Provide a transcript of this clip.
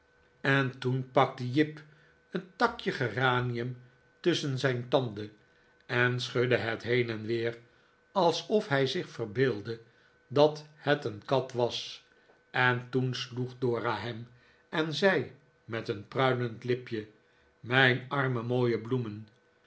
maar toen pakte jip een takje geranium tusschen zijn tanden en schudde het heen en weer alsof hij zich verbeeldde dat het een kat was en toen sloeg dora hem en zei met een pruilend lipje mijn arme mooie bloemen